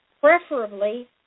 preferably